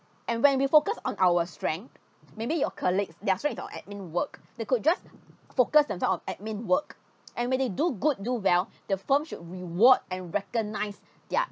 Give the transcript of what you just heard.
and when we focus on our strength maybe your colleagues they're strength is on admin work they could just focused themselves on admin work and when they do good do well the firm should reward and recognise their